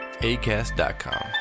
ACAST.com